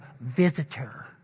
visitor